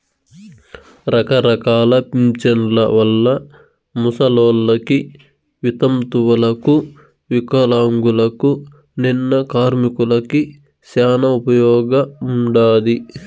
రకరకాల పింఛన్ల వల్ల ముసలోళ్ళకి, వితంతువులకు వికలాంగులకు, నిన్న కార్మికులకి శానా ఉపయోగముండాది